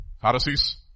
Pharisees